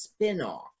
spinoff